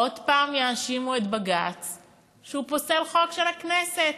עוד פעם יאשימו את בג"ץ שהוא פוסל חוק של הכנסת.